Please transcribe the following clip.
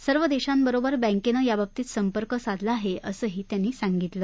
सर्व देशांबरोबर बँकेनं याबाबतीत संपर्क साधला आहे असंही त्यांनी सांगितलं